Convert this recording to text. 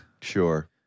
Sure